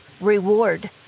reward